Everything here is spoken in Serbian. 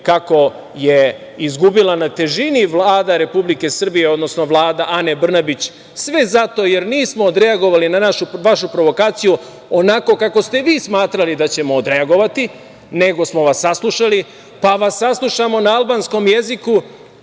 kako je izgubila na težini Vlada Republike Srbije, odnosno Vlada Ane Brnabić, sve zato jer nismo odreagovali na vašu provokaciju, onako kako ste vi smatrali da ćemo odreagovati nego smo vas saslušali, pa vas saslušamo na albanskom jeziku,